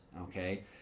okay